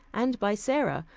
and by sara,